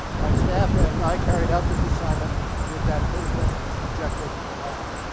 by staff and i carried out this assignment with that critical objective in mind